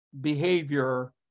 behavior